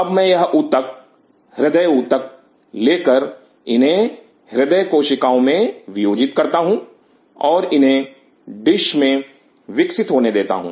अब मैं यह ऊतक हृदय ऊतक लेकर इन्हें हृदय कोशिकाओं में वियोजित करता हूं और इन्हें डिश मे विकसित होने देता हूं